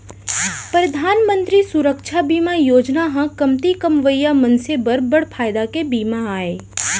परधान मंतरी सुरक्छा बीमा योजना ह कमती कमवइया मनसे बर बड़ फायदा के बीमा आय